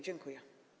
Dziękuję.